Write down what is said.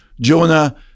Jonah